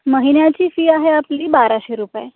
महिन्याची फी आहे आपली बाराशे रुपये